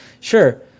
sure